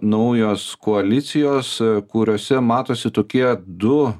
naujos koalicijos kuriose matosi tokie du